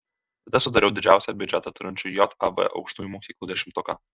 tada sudariau didžiausią biudžetą turinčių jav aukštųjų mokyklų dešimtuką